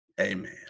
amen